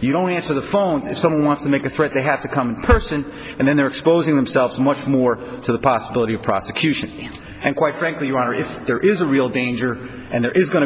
you don't answer the phone to someone wants to make a threat they have to come in person and then they're exposing themselves much more to the possibility of prosecution and quite frankly you are if there is a real danger and there is go